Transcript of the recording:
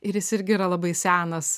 ir jis irgi yra labai senas